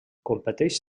competeix